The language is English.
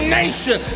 nation